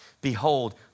Behold